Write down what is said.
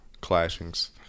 clashings